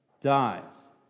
dies